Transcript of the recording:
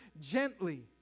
gently